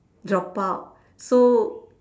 drop out so